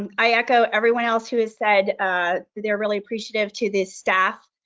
i echo everyone else who has said they're really appreciative to this staff,